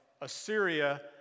Assyria